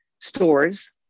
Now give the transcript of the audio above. stores